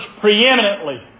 preeminently